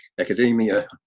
academia